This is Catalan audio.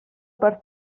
per